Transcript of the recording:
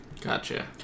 Gotcha